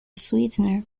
sweetener